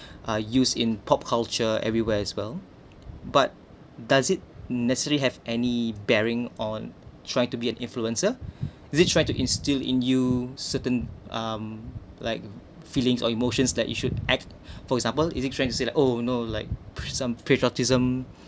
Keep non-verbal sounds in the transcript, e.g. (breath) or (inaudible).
(noise) uh use in pop culture everywhere as well but does it necessary have any bearing on trying to be an influencer (breath) is it trying to instill in you certain um like feelings or emotions that you should act (breath) for example is it trying to say like oh no like pre~ some patriotism